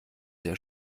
der